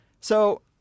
So-